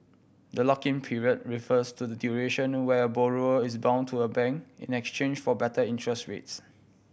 the lock in period refers to the duration where a borrower is bound to a bank in exchange for better interest rates